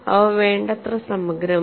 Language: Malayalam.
അവ വേണ്ടത്ര സമഗ്രമല്ല